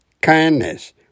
kindness